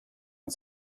und